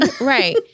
Right